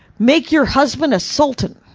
make your husband a sultan.